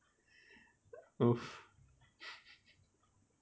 !oof!